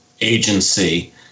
agency